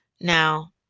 Now